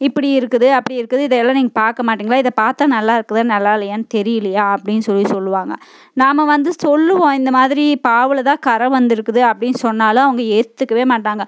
இப்படி இருக்குது அப்படி இருக்குது இதை எல்லாம் நீங்கள் பார்க்க மாட்டிங்களா இதை பார்த்தா நல்லா இருக்குதா நல்லா இல்லையான்னு தெரியலியா அப்படின்னு சொல்லி சொல்வாங்க நாம் வந்து சொல்வோம் இந்த மாதிரி பாவுல தான் கறை வந்திருக்குது அப்படின்னு சொன்னாலும் அவங்க ஏற்றுக்கவே மாட்டாங்க